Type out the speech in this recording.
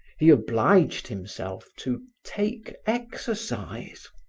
he obliged himself to take exercise.